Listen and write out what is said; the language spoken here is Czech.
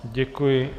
Děkuji.